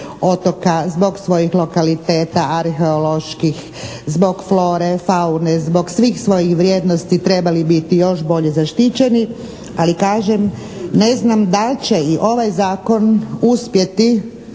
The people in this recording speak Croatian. otoka zbog svojih lokaliteta arheoloških, zbog flore, faune, zbog svih svojih vrijednosti trebali biti još bolje zaštićeni, ali kažem, ne znam da li će i ovaj Zakon uspjeti